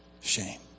shame